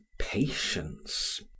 patience